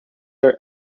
are